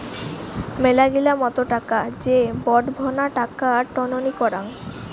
মেলাগিলা মত টাকা যে বডঙ্না টাকা টননি করাং